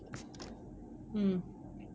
mm